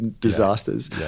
disasters